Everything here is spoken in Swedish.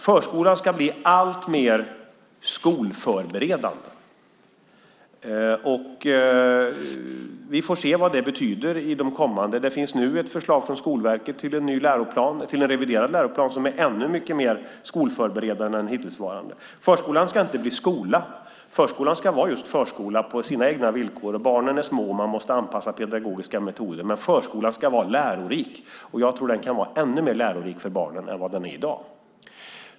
Förskolan ska bli alltmer skolförberedande. Vi får se vad det kommer att betyda. Det finns nu ett förslag från Skolverket till en reviderad läroplan som är ännu mycket mer skolförberedande än den hittillsvarande. Förskolan ska inte bli skola. Förskolan ska vara just förskola på sina egna villkor. Barnen är små och man måste anpassa de pedagogiska metoderna. Men förskolan ska vara lärorik, och jag tror att den kan vara ännu mer lärorik för barnen än vad den är i dag.